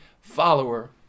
follower